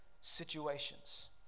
situations